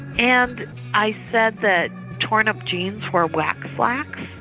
and i said that torn up jeans were wack slacks,